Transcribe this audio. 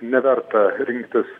neverta rinktis